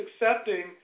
accepting